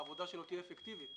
העבודה שלו תהיה אפקטיבית.